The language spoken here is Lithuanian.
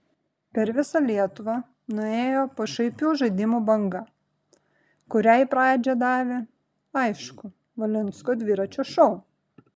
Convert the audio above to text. per visą lietuvą nuėjo pašaipių žaidimų banga kuriai pradžią davė aišku valinsko dviračio šou